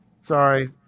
sorry